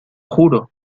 juro